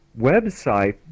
website